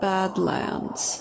Badlands